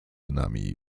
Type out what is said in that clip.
nami